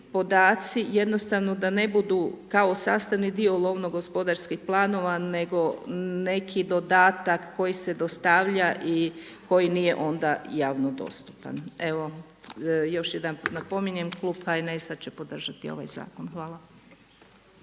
podaci jednostavno da ne budu kao sastavni dio lovno-gospodarskih planova nego neki dodatak koji se dostavlja i koji nije onda javno dostupan. Evo, još jedanput napominjem, klub HNS-a će podržati ovaj zakon. Hvala.